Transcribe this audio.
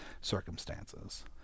circumstances